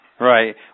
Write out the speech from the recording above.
Right